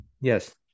Yes